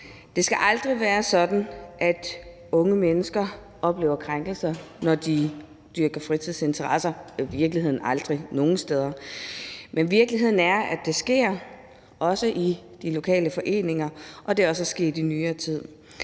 Det skal aldrig være sådan, at unge mennesker oplever krænkelser, når de dyrker fritidsinteresser – og i virkeligheden aldrig nogen steder. Men virkeligheden er, at det sker, også i de lokale foreninger, og det er også sket i nyere tid.